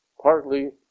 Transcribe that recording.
partly